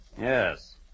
Yes